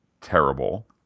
terrible